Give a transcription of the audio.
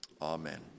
Amen